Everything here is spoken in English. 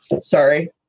sorry